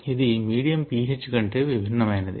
ఇది medium pH కంటే విభిన్నమైనది